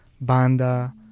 banda